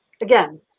again